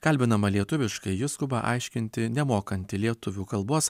kalbinama lietuviškai ji skuba aiškinti nemokanti lietuvių kalbos